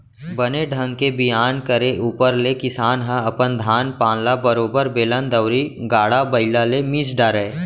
बने ढंग के बियान करे ऊपर ले किसान ह अपन धान पान ल बरोबर बेलन दउंरी, गाड़ा बइला ले मिस डारय